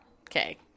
Okay